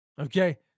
okay